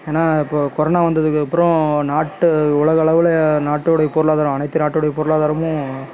ஏன்னால் இப்போது கொரோனா வந்ததுக்கு அப்புறம் நாட்டு உலக அளவில் நாட்டோடைய பொருளாதாரம் அனைத்து நாட்டோடைய பொருளாதாரமும்